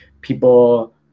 people